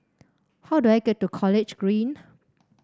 how do I get to College Green